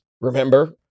remember